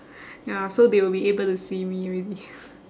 ya so they will be able to see me maybe